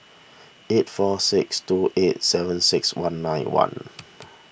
eight four six two eight seven six one nine one